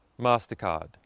Mastercard